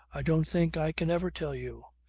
i don't think i can ever tell you.